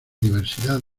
diversidad